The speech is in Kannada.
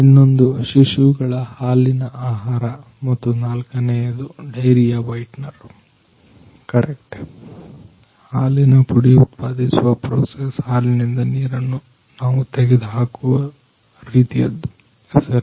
ಇನ್ನೊಂದು ಶಿಶುಗಳ ಹಾಲಿನ ಆಹಾರ ಮತ್ತು ನಾಲ್ಕನೆಯದು ಡೈರಿಯ ವೈಟ್ನರ್ 1047 ಸಮಯವನ್ನು ಗಮನಿಸಿ ಕರೆಕ್ಟ್ ಹಾಲಿನ ಪುಡಿ ಉತ್ಪಾದಿಸುವ ಪ್ರೋಸೆಸ್ ಹಾಲಿನಿಂದ ನೀರನ್ನು ನಾವು ತೆಗೆದುಹಾಕುವ ರೀತಿಯದ್ದಾಗಿರುತ್ತದೆ